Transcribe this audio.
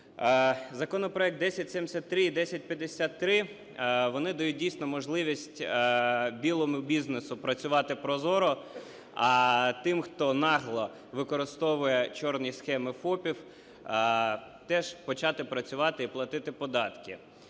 Законопроект 1073 і 1053 вони дають дійсно можливість білому бізнесу працювати прозоро, а тим, хто нагло використовує "чорні" схеми ФОПів, теж почати працювати і платити податки.